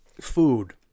food